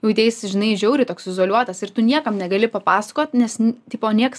jauteisi žinai žiauriai toks izoliuotas ir tu niekam negali papasakot nes nu tipo nieks